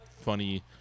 funny